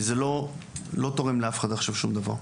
כי זה לא תורם לאף אחד עכשיו שום דבר.